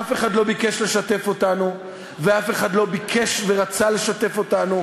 אף אחד לא ביקש לשתף אותנו ואף אחד לא ביקש ורצה לשתף אותנו,